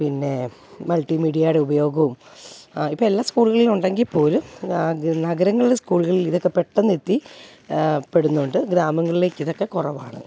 പിന്നെ മൾട്ടി മീഡിയയുടെ ഉപയോഗവും ആ ഇപ്പോള് എല്ലാ സ്കൂളുകളിലുണ്ടെങ്കില്പ്പോലും നഗരങ്ങളിലെ സ്കൂളുകളിൽ ഇതൊക്കെ പെട്ടെന്നെത്തി പ്പെടുന്നുണ്ട് ഗ്രാമങ്ങളിലേക്കിതൊക്കെ കുറവാണ്